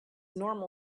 normal